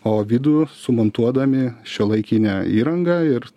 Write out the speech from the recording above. o vidų sumontuodami šiuolaikinę įrangą ir